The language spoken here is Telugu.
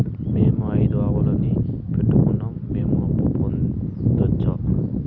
మేము ఐదు ఆవులని పెట్టుకున్నాం, మేము అప్పు పొందొచ్చా